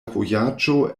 vojaĝo